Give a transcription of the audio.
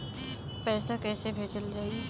पैसा कैसे भेजल जाइ?